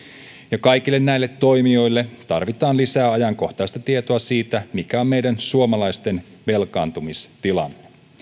ja kaikille näille toimijoille tarvitaan lisää ajankohtaista tietoa siitä mikä on meidän suomalaisten velkaantumistilanne